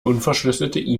unverschlüsselte